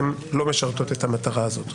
לא משרתות את המטרה הזאת.